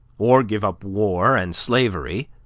or give up war and slavery,